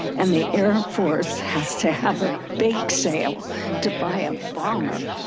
and the air force has to have a bake sale to buy a bomber.